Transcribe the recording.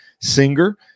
singer